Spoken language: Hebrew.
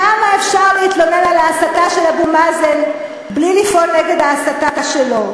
כמה אפשר להתלונן על ההסתה של אבו מאזן בלי לפעול נגד ההסתה שלו?